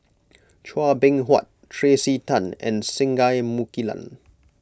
Chua Beng Huat Tracey Tan and Singai Mukilan